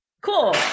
Cool